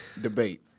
Debate